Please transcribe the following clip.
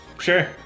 sure